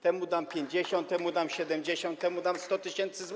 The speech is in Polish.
Temu dam 50, temu dam 70, temu dam 100 tys. zł.